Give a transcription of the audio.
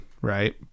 Right